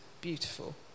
beautiful